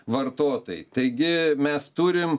vartotojai taigi mes turim